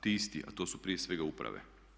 ti isti, a to su prije svega uprave.